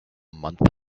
month